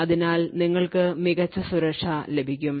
അതിനാൽ നിങ്ങൾക്ക് മികച്ച സുരക്ഷ ലഭിക്കും